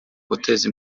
guteza